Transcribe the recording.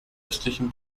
östlichen